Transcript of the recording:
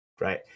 right